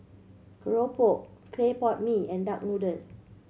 keropok clay pot mee and duck noodle